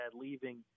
leaving